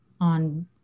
on